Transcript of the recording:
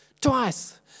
Twice